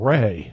Ray